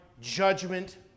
judgment